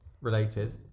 related